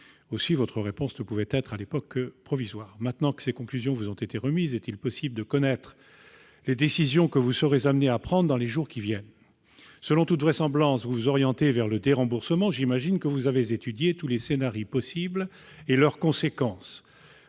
Aussi, votre réponse ne pouvait être à l'époque que provisoire. Maintenant que ces conclusions vous ont été remises, est-il possible de connaître les décisions que vous serez amenée à prendre dans les jours qui viennent ? Selon toute vraisemblance, vous vous orientez vers le déremboursement. J'imagine que vous avez étudié tous les scenarii possibles et leurs conséquences.